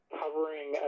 covering